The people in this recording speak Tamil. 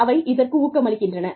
அவை இதற்கு ஊக்கமளிக்கின்றன